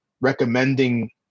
recommending